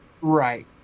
Right